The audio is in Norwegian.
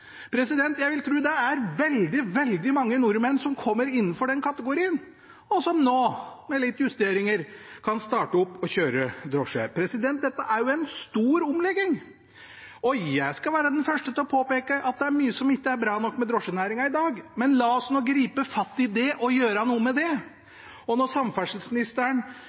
Jeg vil tro det er veldig mange nordmenn som kommer innenfor den kategorien, og som nå, med litt justeringer, kan starte opp og kjøre drosje. Dette er en stor omlegging. Og jeg skal være den første til å påpeke at det er mye som ikke er bra nok med drosjenæringen i dag, men la oss nå gripe fatt i det og gjøre noe med det. Når samferdselsministeren